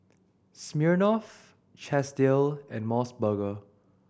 Smirnoff Chesdale and Mos Burger